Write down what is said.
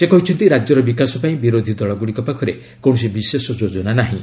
ସେ କହିଛନ୍ତି ରାଜ୍ୟର ବିକାଶ ପାଇଁ ବିରୋଧୀ ଦଳଗୁଡ଼ିକ ପାଖରେ କୌଣସି ବିଶେଷ ଯୋଜନା ନାହିଁ